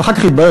אחר כך התברר,